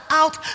out